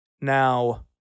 Now